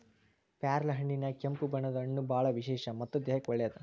ಪ್ಯಾರ್ಲಹಣ್ಣಿನ್ಯಾಗ ಕೆಂಪು ಬಣ್ಣದ ಹಣ್ಣು ಬಾಳ ವಿಶೇಷ ಮತ್ತ ದೇಹಕ್ಕೆ ಒಳ್ಳೇದ